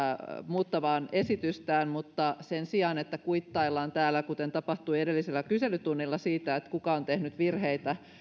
muuttamaan esitystään mutta sen sijaan että täällä kuittaillaan siitä kuten tapahtui edellisellä kyselytunnilla kuka on tehnyt virheitä